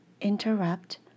interrupt